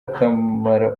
akamaro